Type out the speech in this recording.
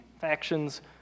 factions